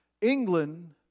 England